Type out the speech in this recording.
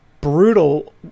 brutal